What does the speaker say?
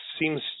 seems